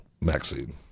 Maxine